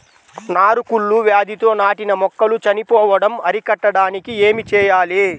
నారు కుళ్ళు వ్యాధితో నాటిన మొక్కలు చనిపోవడం అరికట్టడానికి ఏమి చేయాలి?